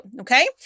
Okay